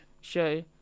show